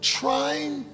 trying